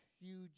huge